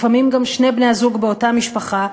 ולפעמים גם שני בני-הזוג באותה משפחה,